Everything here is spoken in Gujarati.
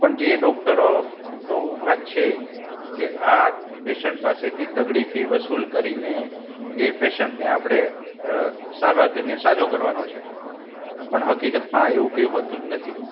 પણ જે એ ડોક્ટરો તો ઊભા જ છે કે આ પેશન્ટ પાસેથી તગડી ફી વસૂલ કરીને એ પેશન્ટને આપણે સારવાર કરીને સાજો કરવાનો છે પણ હકીકતમાં એવું કંઈ હોતું જ નથી